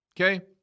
Okay